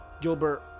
Gilbert